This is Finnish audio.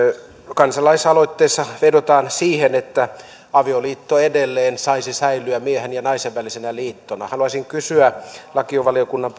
kansalaisaloitteessa vedotaan siihen että avioliitto edelleen saisi säilyä miehen ja naisen välisenä liittona haluaisin kysyä lakivaliokunnan